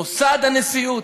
מוסד הנשיאות,